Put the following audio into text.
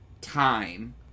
time